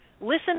listen